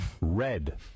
red